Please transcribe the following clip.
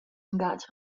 lungatg